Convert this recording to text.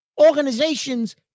organizations